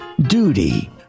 duty